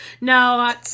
no